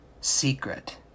secret